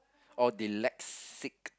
orh dyslexic